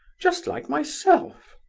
just like myself.